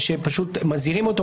ושפשוט מזהירים אותו,